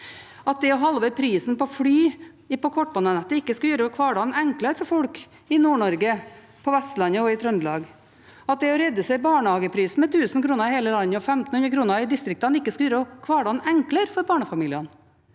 å halvere prisene på fly på kortbanenettet ikke skal gjøre hverdagen enklere for folk i Nord-Norge, på Vestlandet og i Trøndelag, og at det å redusere barnehageprisen med 1 000 kr i hele landet og 1 500 kr i distriktene ikke skal gjøre hverdagen enklere for barnefamiliene.